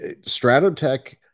Stratotech